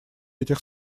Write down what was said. этих